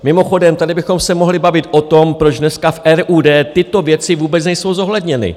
Mimochodem, tady bychom se mohli bavit o tom, proč dneska v RUD tyto věci vůbec nejsou zohledněny.